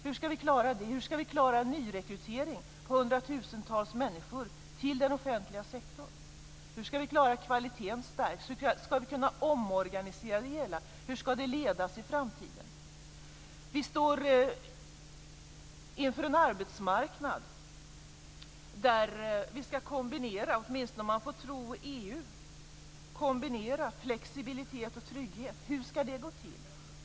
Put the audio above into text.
Hur skall vi klara det? Hur skall vi klara en nyrekrytering av hundratusentals människor till den offentliga sektorn? Hur skall vi klara att kvaliteten stärks? Hur skall vi kunna omorganisera det hela? Hur skall det ledas i framtiden? Vi står inför en arbetsmarknad där vi skall kombinera, åtminstone om man får tro EU, flexibilitet och trygghet. Hur skall det gå till?